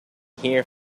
hear